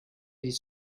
his